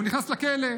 הוא נכנס לכלא.